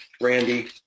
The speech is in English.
randy